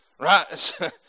Right